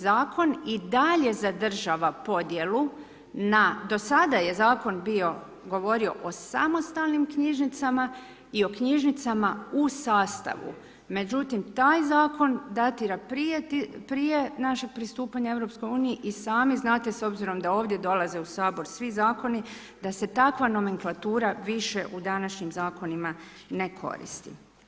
Zakon i dalje zadržava podjelu na, do sada je zakon bio, govorio o samostalnim knjižnicama i o knjižnicama u sastavu, međutim, taj zakon datira prije našeg pristupanja EU-u, i sami znate s obzirom da ovdje dolaze u Sabor svi zakoni, da se takva nomenklatura više u današnjim zakonima ne koristi.